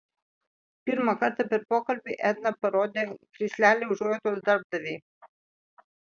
pirmą kartą per pokalbį edna parodė krislelį užuojautos darbdavei